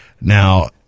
Now